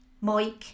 Mike